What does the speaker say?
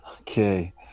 Okay